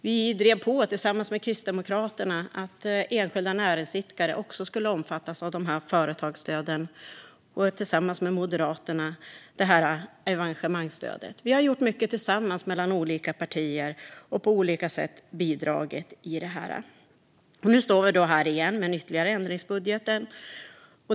Vi har tillsammans med Kristdemokraterna drivit på för att också enskilda näringsidkare ska omfattas av företagsstöden, och tillsammans med Moderaterna har vi drivit evenemangsstödet. Vi har gjort mycket tillsammans mellan olika partier och på olika sätt bidragit i detta. Nu står vi här igen med ytterligare en ändringsbudget.